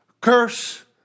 curse